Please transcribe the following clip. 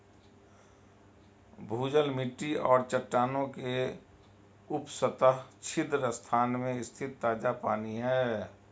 भूजल मिट्टी और चट्टानों के उपसतह छिद्र स्थान में स्थित ताजा पानी है